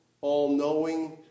all-knowing